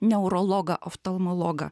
neurologą oftalmologą